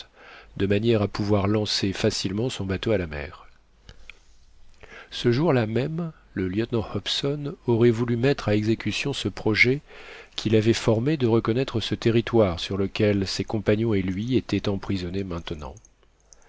de manière à pouvoir lancer facilement son bateau à la mer ce jour-là même le lieutenant hobson aurait voulu mettre à exécution ce projet qu'il avait formé de reconnaître ce territoire sur lequel ses compagnons et lui étaient emprisonnés maintenant